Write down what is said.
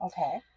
Okay